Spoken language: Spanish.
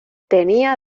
tenía